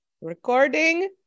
Recording